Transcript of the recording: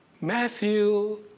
Matthew